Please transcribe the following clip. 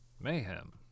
Mayhem